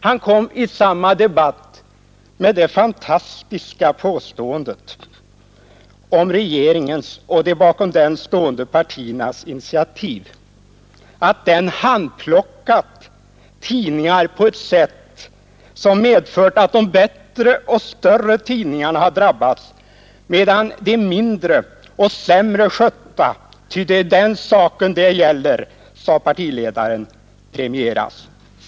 Han gjorde i samma debatt det fantastiska påståendet om regeringens och de bakom den stående partiernas initiativ att man handplockat tidningar på ett sätt som medför att de bättre och större tidningarna drabbas, medan de mindre och sämre skötta — ty det är den saken det gäller, sade partiledaren — premieras.